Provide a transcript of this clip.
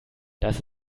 das